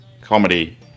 comedy